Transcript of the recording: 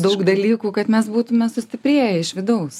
daug dalykų kad mes būtume sustiprėję iš vidaus